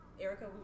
Erica